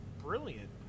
brilliant